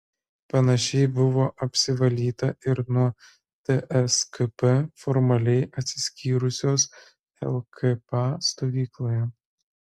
panašiai buvo apsivalyta ir nuo tskp formaliai atsiskyrusios lkp stovykloje